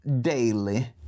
daily